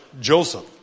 Joseph